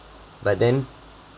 but then